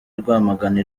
rwamagana